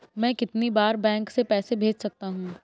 मैं कितनी बार बैंक से पैसे भेज सकता हूँ?